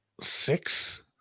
six